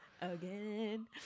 again